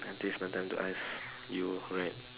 I think it's my time to ask you right